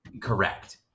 Correct